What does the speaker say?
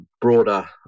broader